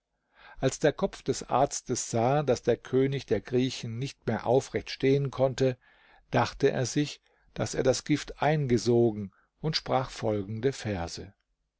als der kopf des arztes sah daß der könig der griechen nicht mehr aufrecht stehen konnte dachte er sich daß er das gift eingesogen und sprach folgende verse